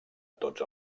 tots